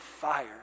fire